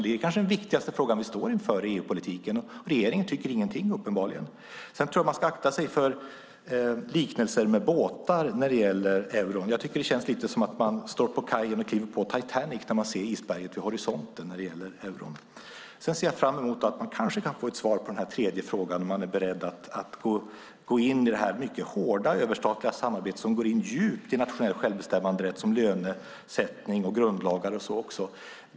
Det är kanske den viktigaste frågan vi står inför i EU-politiken, och regeringen tycker uppenbarligen ingenting. Sedan tror jag att man ska akta sig för liknelser med båtar när det gäller euron. Jag tycker att det känns lite grann som att man står på kajen och kliver på Titanic när man ser isberget vid horisonten när det gäller euron. Jag ser fram emot att jag kanske kan få ett svar på den tredje frågan om man är beredd att gå in i detta mycket hårda överstatliga samarbete som går in djupt i nationell självbestämmanderätt som lönesättning, grundlagar och så vidare.